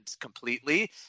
completely